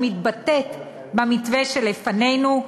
שמתבטאת במתווה שלפנינו,